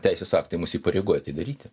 teisės aktai mus įpareigoja tai daryti